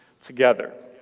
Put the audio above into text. together